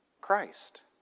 Christ